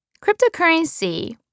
Cryptocurrency